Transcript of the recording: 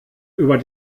über